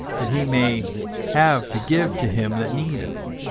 that he may have to give to him that needeth.